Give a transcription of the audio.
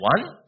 one